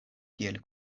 kiel